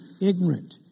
ignorant